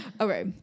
okay